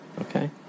Okay